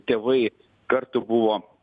tėvai kartu buvo